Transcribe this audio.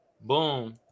Boom